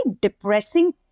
depressing